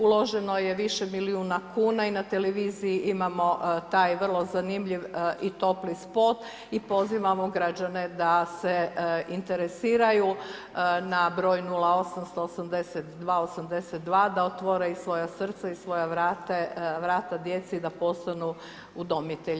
Uloženo je više milijuna kuna i na televiziji imamo taj vrlo zanimljiv i topli spot i pozivamo građane da se interesiraju na broj 0800/82 82 da otvore svoja srca i svoja vrata djeci i da postanu udomitelji.